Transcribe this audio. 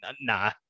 Nah